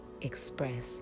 express